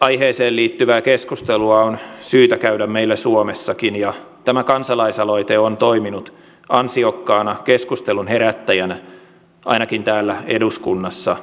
aiheeseen liittyvää keskustelua on syytä käydä meillä suomessakin ja tämä kansalaisaloite on toiminut ansiokkaana keskustelun herättäjänä ainakin täällä eduskunnassa